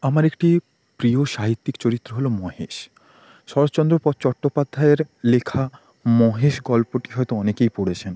আমার একটি প্রিয় সাহিত্যিক চরিত্র হল মহেশ শরৎচন্দ্র চট্টোপাধ্যায়ের লেখা মহেশ গল্পটি হয়তো অনেকেই পড়েছেন